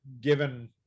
given